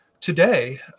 today